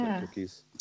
cookies